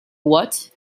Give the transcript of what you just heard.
what